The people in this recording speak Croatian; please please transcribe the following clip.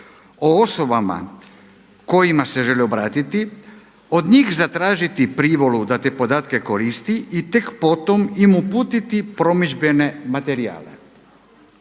o osobama kojima se želi obratiti, od njih zatražiti privolu da te podatke koristi i tek po tom im uputiti promidžbene materijale.